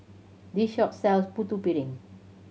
this shop sells Putu Piring